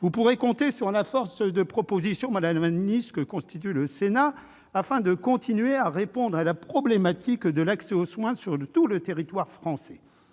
vous pourrez compter, madame la ministre, sur la force de proposition que constitue le Sénat pour continuer à répondre à la problématique de l'accès aux soins sur l'ensemble du territoire français.